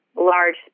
large